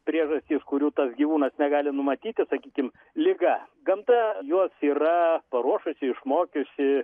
priežastys kurių tas gyvūnas negali numatyti sakykim liga gamta juos yra paruošusi išmokiusi